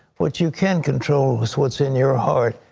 what you can control is what's in your heart.